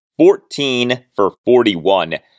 14-for-41